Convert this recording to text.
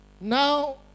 Now